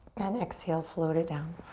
and exhale float it down.